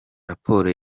raporo